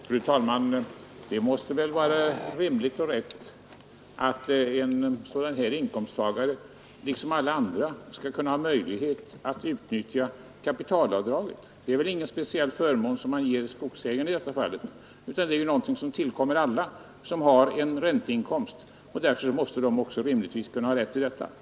Fru talman! Det måste väl vara rimligt och rätt att en sådan här inkomsttagare liksom alla andra skall ha möjlighet att utnyttja kapitalavdraget? Det är väl ingen speciell förmån som man ger skogsägarna i detta fall, utan det är någonting som tillkommer alla som har en ränteinkomst. Därför måste skogsägarna rimligtvis ha rätt till detta avdrag.